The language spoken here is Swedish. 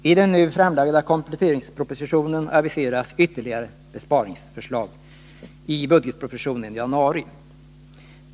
I den nu framlagda kompletteringspropositionen aviseras ytterligare besparingsförslag i kommande budgetproposition i januari nästa år.